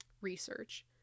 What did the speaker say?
research